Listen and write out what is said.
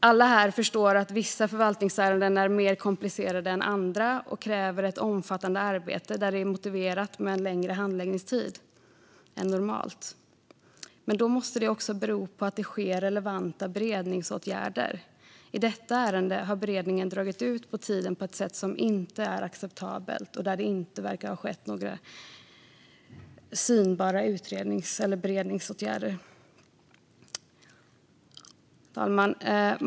Alla här förstår att vissa förvaltningsärenden är mer komplicerade än andra och kräver ett omfattande arbete där det är motiverat med en längre handläggningstid än normalt, men i sådana fall måste det vara för att det sker relevanta beredningsåtgärder. I detta ärende har beredningen dragit ut på tiden på ett sätt som inte är acceptabelt, och det verkar inte ha vidtagits några beredningsåtgärder. Fru talman!